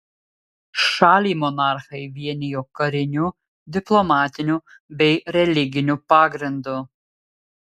šalį monarchai vienijo kariniu diplomatiniu bei religiniu pagrindu